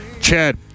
Chad